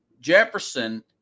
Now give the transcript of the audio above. Jefferson